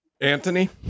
Anthony